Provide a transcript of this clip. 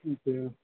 अच्छा